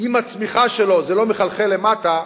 עם הצמיחה שלו שלא מחלחלת למטה,